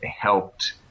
helped